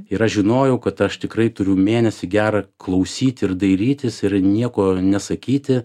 ir aš žinojau kad aš tikrai turiu mėnesį gerą klausyti ir dairytis ir nieko nesakyti